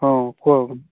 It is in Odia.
ହଁ କୁହ